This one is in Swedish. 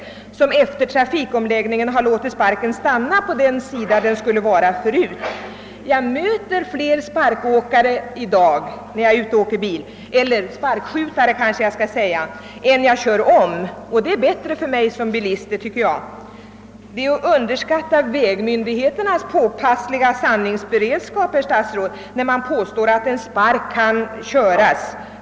De har efter trafikomläggningen låtit sparkstöttingen stanna på den sida där den skulle vara förut. Jag möter i dag fler sparkåkare — eller kanske jag skall säga sparkskjutare — än jag kör om när jag är ute och åker bil. Och detta är bättre för mig som bilist. Det är att underskatta vägmyndigheternas påpassliga sandningsberedskap, herr statsråd, när man påstår att en sparkstötting kan köras.